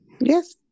yes